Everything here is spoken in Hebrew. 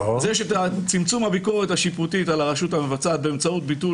צמצום הביקורת השיפוטית על הרשות המבצעת באמצעות ביטול